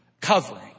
covering